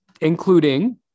including